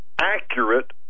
accurate